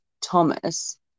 Thomas